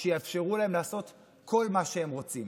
שיאפשרו להם לעשות כל מה שהם רוצים.